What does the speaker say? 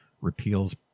repeals